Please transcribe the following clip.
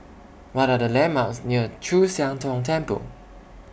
What Are The landmarks near Chu Siang Tong Temple